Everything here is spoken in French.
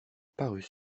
parut